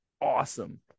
awesome